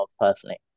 personally